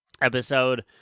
episode